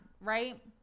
right